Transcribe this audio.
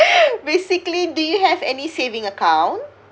basically do you have any saving account